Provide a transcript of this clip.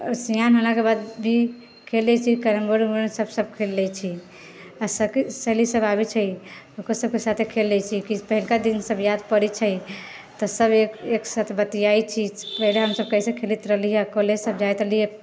सेयान भेलाके बाद भी खेलै छी कैरमबोर्ड उरमबोर्ड सब सब खेल लै छी आओर सखी सहेली सब आबै छै ओकरो सबके साथे किछु खेल लै छी किछु पहिलका दिन सब याद पड़ै छै तऽ सब एक साथ बतिआइ छी फेर हमसब कैसे खेलैत रहली हँ पहिले सब जाइत रहली हँ